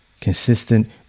Consistent